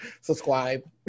subscribe